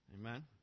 Amen